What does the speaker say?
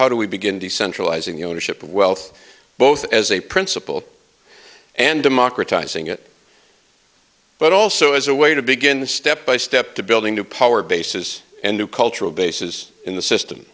how do we begin decentralizing the ownership of wealth both as a principle and democratizing it but also as a way to begin the step by step to building new power bases and new cultural bases in the system